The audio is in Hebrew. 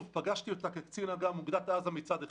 פגשתי את ההחלטה הזאת כקצין אדם אוגדת עזה מצד אחד,